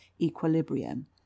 equilibrium